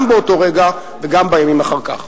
גם באותו רגע וגם בימים אחר כך.